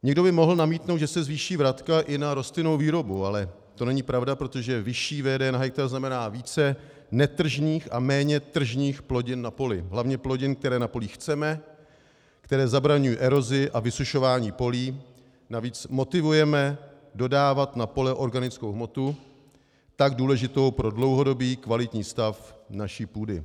Někdo by mohl namítnout, že se zvýší vratka i na rostlinnou výrobu, ale to není pravda, protože vyšší VD na hektar znamená více netržních a méně tržních plodin na poli, hlavně plodin, které na polích chceme, které zabraňují erozi a vysušování polí, navíc motivujeme dodávat na pole organickou hmotu tak důležitou pro dlouhodobý kvalitní stav naší půdy.